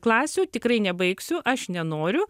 klasių tikrai nebaigsiu aš nenoriu